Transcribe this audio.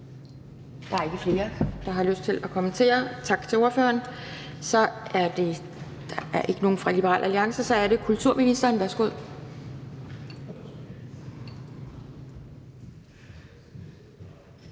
Der er ikke flere, der har lyst til at kommentere. Tak til ordføreren. Der er ikke nogen fra Liberal Alliance, og så er det kulturministeren. Værsgo.